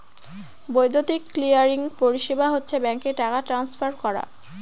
বৈদ্যুতিক ক্লিয়ারিং পরিষেবা হচ্ছে ব্যাঙ্কে টাকা ট্রান্সফার করা